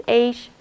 age